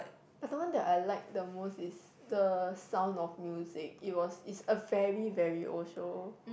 but the one that I like the most is the-Sound-of-Music it was it's a very very old show